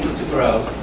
grow,